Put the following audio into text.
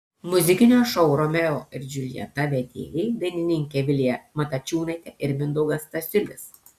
muzikinio šou romeo ir džiuljeta vedėjai dainininkė vilija matačiūnaitė ir mindaugas stasiulis